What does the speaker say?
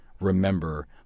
remember